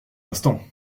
instant